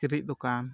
ᱠᱤᱪᱨᱤᱡ ᱫᱚᱠᱟᱱ